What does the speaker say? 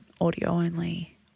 audio-only